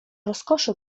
rozkoszy